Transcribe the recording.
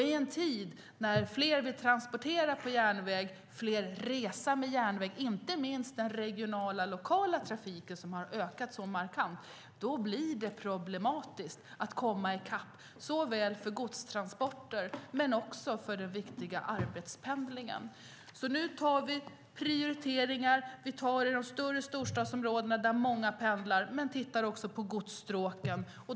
I en tid när fler vill transportera på järnväg och fler vill resa med järnväg - inte minst gäller det den regionala och trafiken, som har ökat markant - blir det problematiskt att komma i kapp såväl med godstransporter som med den viktiga arbetspendlingen. Nu gör vi prioriteringar. Vi väljer de större storstadsområden där många pendlar men tittar också på godsstråken.